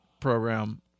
program